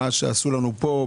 מה שעשו לנו פה,